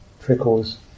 trickles